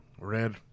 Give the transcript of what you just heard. Red